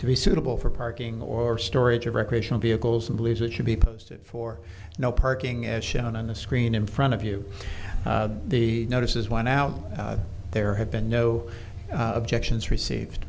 to be suitable for parking or storage of recreational vehicles and believes it should be posted for no parking as shown on the screen in front of you the notices went out there have been no objections received